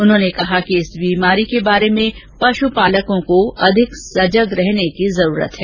उन्होंने कहा कि इस बीमारी के बारे में पशुपालकों को अधिक सजग रहने की जरूरत है